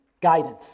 guidance